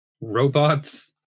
robots